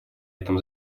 этом